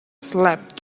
slept